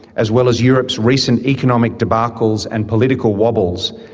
as well as europe's recent economic debacles and political wobbles,